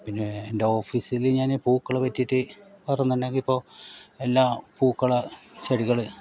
പിന്നെ എൻ്റെ ഓഫീസിൽ ഞാൻ പൂക്കൾ വച്ചിട്ട് ഇപ്പോൾ എല്ലാ പൂക്കൾ ചെടികൾ